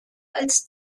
als